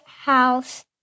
House